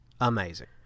amazing